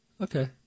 Okay